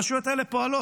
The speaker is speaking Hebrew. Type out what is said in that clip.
הרשויות האלה פועלות.